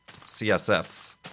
CSS